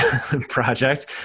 project